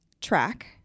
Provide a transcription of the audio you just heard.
track